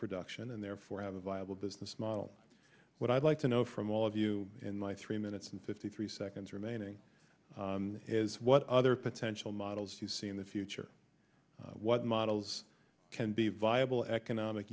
production and therefore have a viable business model what i'd like to know from all of you in my three minutes and fifty three seconds remaining is what other potential models you see in the future what models can be viable economic